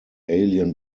alien